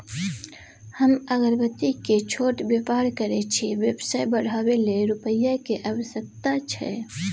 हम अगरबत्ती के छोट व्यापार करै छियै व्यवसाय बढाबै लै रुपिया के आवश्यकता छै?